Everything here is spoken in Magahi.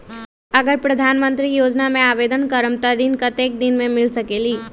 अगर प्रधानमंत्री योजना में आवेदन करम त ऋण कतेक दिन मे मिल सकेली?